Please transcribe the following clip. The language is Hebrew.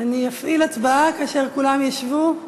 אני אפעיל הצבעה כאשר כולם ישבו.